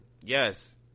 Yes